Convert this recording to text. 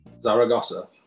Zaragoza